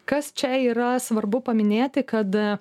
kas čia yra svarbu paminėti kad